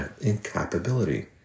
incapability